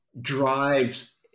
drives